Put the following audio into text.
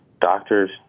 Doctors